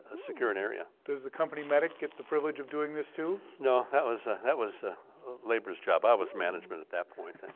ah secure an area. does the company medic get the privilege of doing this too? no, that was ah that was a laborers job, i was management at that point,